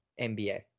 NBA